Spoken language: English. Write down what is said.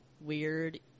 weird